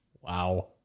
Wow